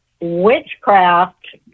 witchcraft